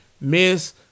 miss